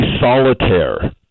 Solitaire